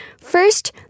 First